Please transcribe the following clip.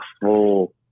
full